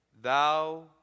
Thou